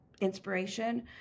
inspiration